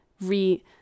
re